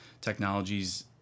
technologies